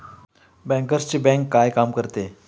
बँकर्सची बँक काय काम करते?